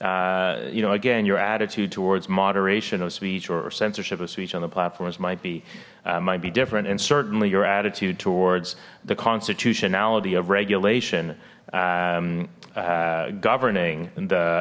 you know again your attitude towards moderation or speech or censorship of speech on the platform's might be might be different and certainly your attitude towards the constitutionality of regulation governing and the